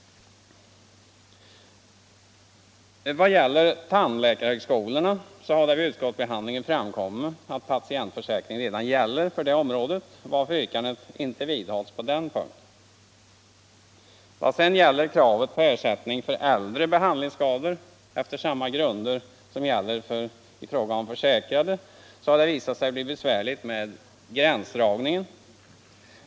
Vad gäller tandläkarhögskolorna så har det vid utskottsbehandlingen framkommit att patientförsäkring redan är gällande för detta område varför yrkandet inte vidhålls på denna punkt. grunder som gäller i fråga om försäkrade så har det visat sig bli besvärligt med gränsdragningen.